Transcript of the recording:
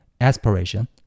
aspiration